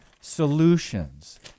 Solutions